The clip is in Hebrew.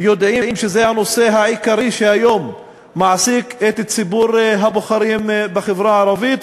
יודעים שזה הנושא העיקרי שמעסיק היום את ציבור הבוחרים בחברה הערבית,